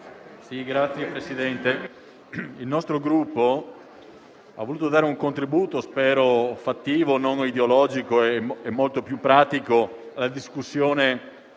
il nostro Gruppo ha voluto dare un contributo, spero fattivo, non ideologico e molto più pratico, alla discussione